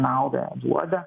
naudą duoda